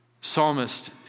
Psalmist